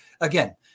again